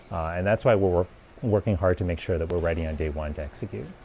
and that's why we're we're working hard to make sure that we're ready on day one to execute.